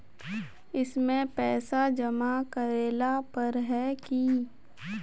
इसमें पैसा जमा करेला पर है की?